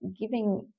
giving